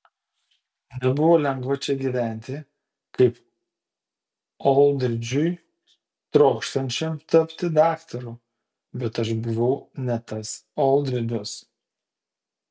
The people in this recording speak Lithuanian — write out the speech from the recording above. nebuvo lengva čia gyventi kaip oldridžui trokštančiam tapti daktaru bet aš buvau ne tas oldridžas